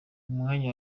mwanya